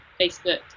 Facebook